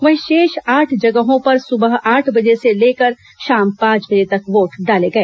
वहीं शेष आठ जगहों पर सुबह आठ बजे से लेकर शाम पांच बजे तक वोट डाले गए